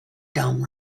dumb